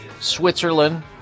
Switzerland